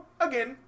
again